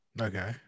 okay